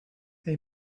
they